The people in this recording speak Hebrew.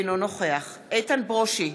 אינו נוכח איתן ברושי,